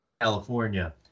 California